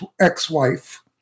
ex-wife